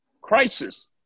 crisis